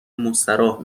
مستراح